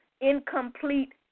incomplete